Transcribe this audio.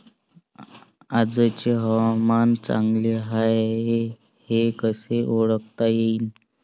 आजचे हवामान चांगले हाये हे कसे ओळखता येईन?